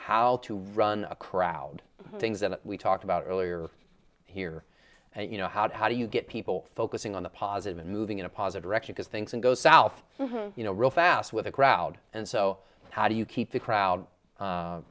how to run a crowd things that we talked about earlier here and you know how do you get people focusing on the positive and moving in a positive direction to things and go south you know real fast with the crowd and so how do you keep the crowd